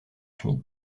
schmid